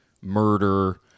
murder